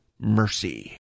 mercy